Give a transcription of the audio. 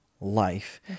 life